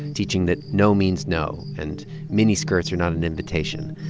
teaching that no means no and miniskirts are not an invitation.